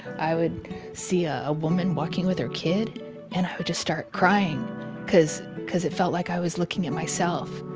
i would see a woman walking with her kid and i would just start crying cause cause it felt like i was looking at myself,